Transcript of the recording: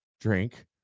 drink